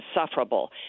insufferable